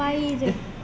eh